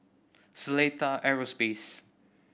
Seletar Aerospace